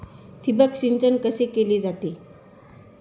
ठिबक सिंचन कसे केले जाते?